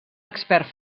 expert